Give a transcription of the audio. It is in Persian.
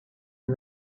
این